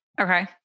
Okay